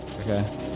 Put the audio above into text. Okay